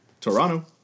Toronto